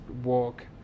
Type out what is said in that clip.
walk